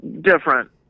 different